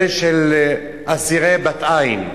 אלה אסירי בת-עין,